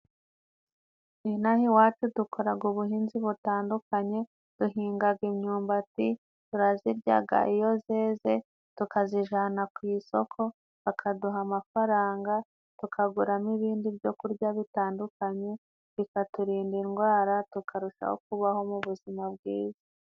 Inaha iwacu dukoraga ubuhinzi butandukanye, duhingaga imyumbati turaziryaga iyozeze, tukazijana ku isoko bakaduha amafaranga, tukaguramo ibindi byo kurya bitandukanye bikaturinda indwara, tukarushaho kubaho mu buzima bwiza.